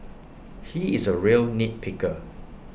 he is A real nit picker